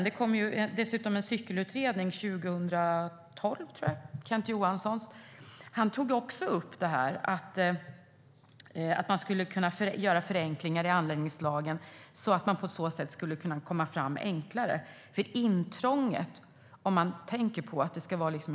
Det kom en cykelutredning 2012, tror jag. Utredaren Kent Johansson tog också upp att man skulle kunna göra förenklingar i anläggningslagen för att enklare kunna komma framåt.